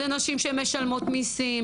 אלה נשים שמשלמות מיסים.